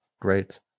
Great